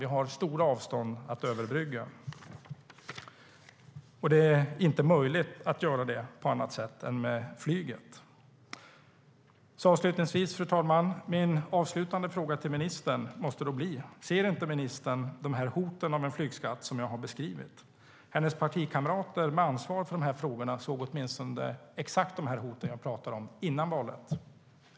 Vi har stora avstånd att överbrygga. Det är inte möjligt att göra det på annat sätt än med flyget. Fru talman! Min avslutande fråga till ministern måste bli: Ser inte ministern de hot med en flygskatt som jag har beskrivit? De av hennes partikamrater som ansvarar för de här frågorna såg exakt de hot jag pratar om, åtminstone före valet.